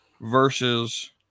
versus